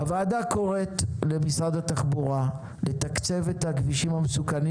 הוועדה קוראת למשרד התחבורה לתקצב את הכבישים המסוכנים